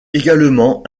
également